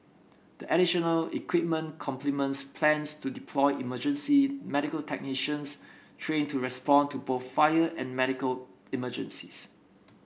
the additional equipment complements plans to deploy emergency medical technicians trained to respond to both fire and medical emergencies